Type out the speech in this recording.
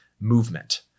movement